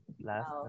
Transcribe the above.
last